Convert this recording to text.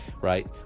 right